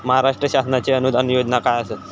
महाराष्ट्र शासनाचो अनुदान योजना काय आसत?